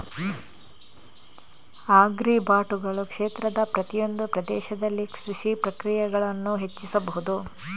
ಆಗ್ರಿಬಾಟುಗಳು ಕ್ಷೇತ್ರದ ಪ್ರತಿಯೊಂದು ಪ್ರದೇಶದಲ್ಲಿ ಕೃಷಿ ಪ್ರಕ್ರಿಯೆಗಳನ್ನು ಹೆಚ್ಚಿಸಬಹುದು